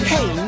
Hey